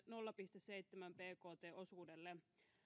nolla pilkku seitsemän bkt osuudelle